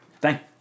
Thank